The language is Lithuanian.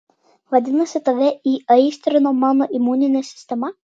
vadinasi tave įaistrino mano imuninė sistema